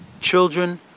children